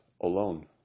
alone